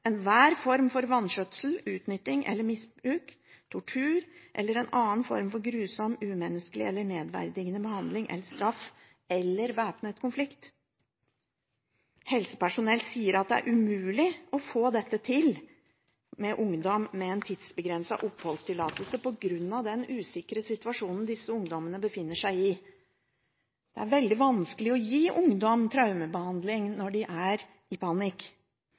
enhver form for vanskjøtsel, utnytting eller misbruk; tortur eller enhver annen form for grusom, umenneskelig eller nedverdigende behandling eller straff; eller væpnede konflikter». Helsepersonell sier at det er umulig å få til dette med ungdommer med en tidsbegrenset oppholdstillatelse, på grunn av den usikre situasjonen som disse ungdommene befinner seg i. Det er veldig vanskelig å gi ungdommer traumebehandling når de